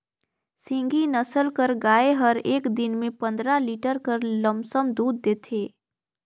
सिंघी नसल कर गाय हर एक दिन में पंदरा लीटर कर लमसम दूद देथे